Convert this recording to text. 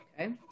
Okay